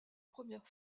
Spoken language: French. première